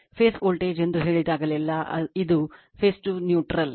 face voltage ಎಂದು ಹೇಳಿದಾಗಲೆಲ್ಲಾ ಅದು ಇದು ಫೇಸ್ ಟು ನ್ನ್ಯೂಟ್ರಲ್